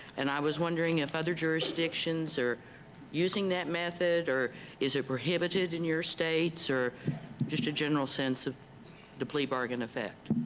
and i was wondering if other jurisdictions are using that method, or is it prohibited in your states, or just a general sense of the plea bargain effect?